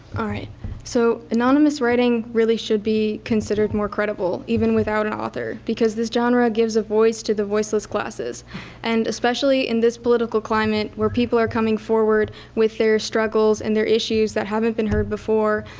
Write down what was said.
so anonymous writing really should be considered more credible even without an author because this genre gives a voice to the voiceless classes and especially in this political climate where people are coming forward with their struggles and their issues that haven't been heard before,